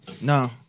No